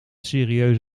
serieus